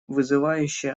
вызывающе